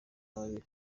bibiri